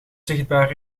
zichtbaar